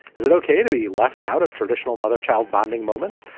is it ok to be left out of traditional mother child bonding moments?